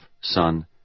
son